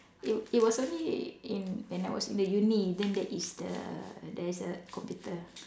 it it was only in when I was in the uni then there is the there is the computer